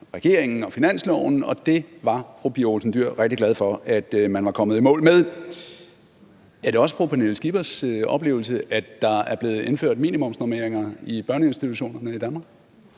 regeringen og finansloven, og det var fru Pia Olsen Dyhr rigtig glad for at man var kommet i mål med. Er det også fru Pernille Skippers oplevelse, at der er blevet indført minimumsnormeringer i børneinstitutionerne i Danmark?